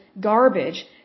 garbage